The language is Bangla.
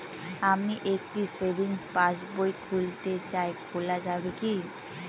আমি একটি সেভিংস পাসবই খুলতে চাই খোলা যাবে কি?